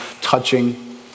touching